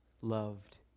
loved